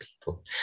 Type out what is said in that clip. people